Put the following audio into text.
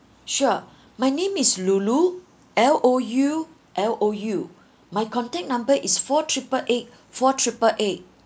sure my name is loulou L O U L O U my contact number is four triple eight four triple eight